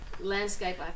landscape